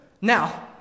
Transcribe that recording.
Now